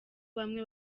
bamwe